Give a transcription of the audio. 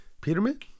Peterman